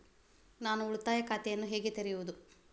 ನಾನು ಉಳಿತಾಯ ಖಾತೆಯನ್ನು ಹೇಗೆ ತೆರೆಯುವುದು?